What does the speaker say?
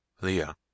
Leah